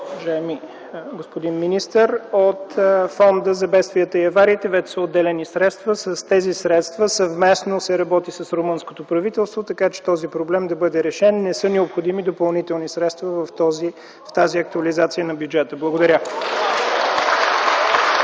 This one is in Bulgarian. уважаеми господин министър! От Фонда за бедствията и авариите вече са отделени средства. С тези средства се работи съвместно с румънското правителство, така че този проблем да бъде решен. Не са необходими допълнителни средства в тази актуализация на бюджета. Благодаря.